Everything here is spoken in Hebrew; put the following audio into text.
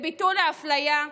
לביטול האפליה,